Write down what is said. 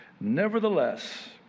nevertheless